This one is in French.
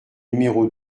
numéro